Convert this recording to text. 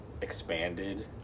expanded